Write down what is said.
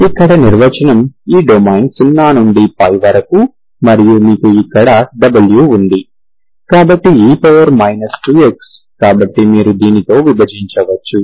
ఇక్కడ నిర్వచనం ఈ డొమైన్ 0 నుండి వరకు మరియు మీకు ఇక్కడ w ఉంది కాబట్టి e 2x కాబట్టి మీరు దీనితో విభజించవచ్చు